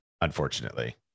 Unfortunately